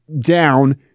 Down